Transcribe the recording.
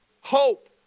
Hope